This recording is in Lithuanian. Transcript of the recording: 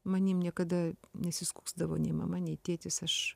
manim niekada nesiskųsdavo nei mama nei tėtis aš